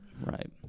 right